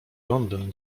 londyn